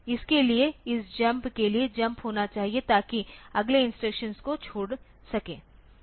इसके लिए इस जंप के लिए जंप होना चाहिए ताकि अगले इंस्ट्रक्शन को छोड़ सकें